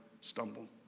stumble